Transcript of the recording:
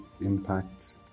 impact